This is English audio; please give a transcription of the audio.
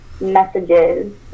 messages